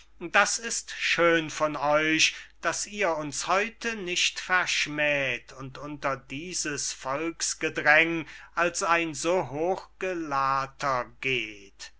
das ist schön von euch daß ihr uns heute nicht verschmäht und unter dieses volksgedräng als ein so hochgelahrter geht